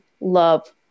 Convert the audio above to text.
love